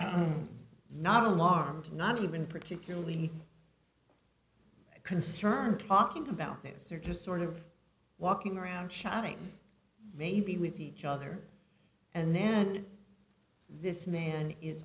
officers not alarmed not even particularly concerned talking about this they're just sort of walking around shouting maybe with each other and then this man is